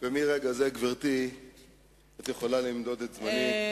מרגע זה, גברתי, את יכולה למדוד את זמני.